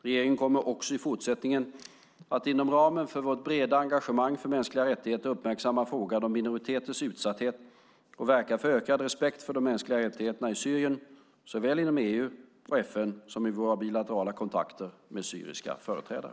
Regeringen kommer också i fortsättningen att inom ramen för vårt breda engagemang för mänskliga rättigheter uppmärksamma frågan om minoriteters utsatthet och verka för ökad respekt för de mänskliga rättigheterna i Syrien, såväl inom EU och FN som i våra bilaterala kontakter med syriska företrädare.